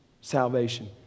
salvation